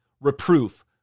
reproof